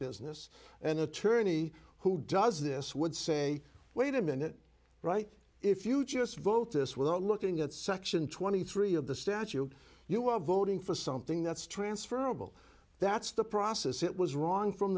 business an attorney who does this would say wait a minute right if you just vote this without looking at section twenty three of the statue you are voting for something that's transferable that's the process it was wrong from